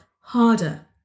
harder